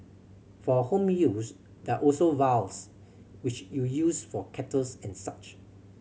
for home use there also vials which you use for kettles and such